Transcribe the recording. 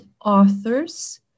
authors